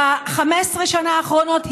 ב-15 השנה האחרונות,